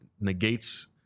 negates